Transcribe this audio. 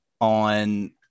on